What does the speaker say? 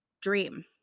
dream